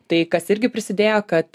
tai kas irgi prisidėjo kad